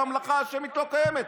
הממלכה ההאשמית לא קיימת,